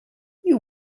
you